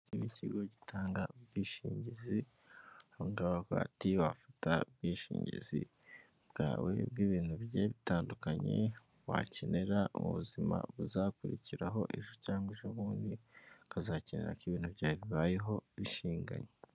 Ikigo gitanga ubwishingizi, aho baba bavuga bati wafata ubwishingizi bwawe bw'ibintu bigiye bitandukanye wakenera ubuzima buzakurikiraho ejo cyangwa ejobundi ukazakenera ko ibintu byawe bibayeho bishinganye.